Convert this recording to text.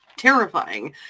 terrifying